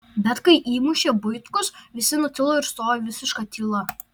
bet kai įmušė buitkus visi nutilo ir stojo visiška tyla